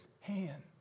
hand